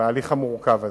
בהליך המורכב הזה.